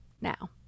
Now